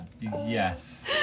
Yes